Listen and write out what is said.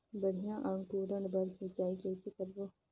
बढ़िया अंकुरण बर सिंचाई कइसे करबो?